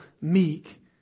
meek